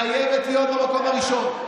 חייבת להיות במקום הראשון,